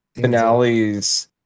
finales